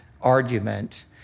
argument